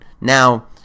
Now